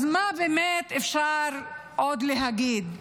אז מה באמת אפשר עוד להגיד?